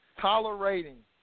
Tolerating